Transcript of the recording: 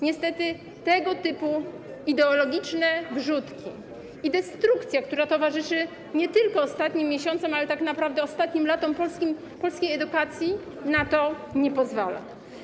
Niestety tego typu ideologiczne wrzutki i destrukcja, która towarzyszy nie tylko ostatnim miesiącom, ale tak naprawdę ostatnim latom polskiej edukacji, na to nie pozwalają.